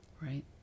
right